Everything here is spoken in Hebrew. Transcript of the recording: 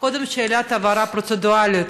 קודם שאלת הבהרה פרוצדורלית: